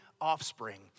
offspring